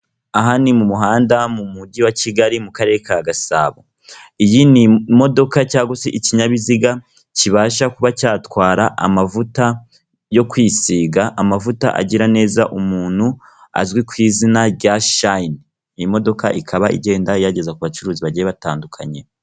Aha ni mu muhanda mu mujyi wa Kigali mu Karere ka Gasabo, iyi ni imodoka cyangwa se ikinyabiziga kibasha kuba cyatwara amavuta yo kwisiga, amavuta agira neza umuntu azwi ku izina rya shayini. Iyi modoka ikaba igenda iyageza ku bacuruzi bagiye batandukanye.